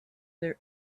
there